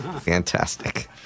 Fantastic